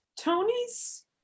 Tony's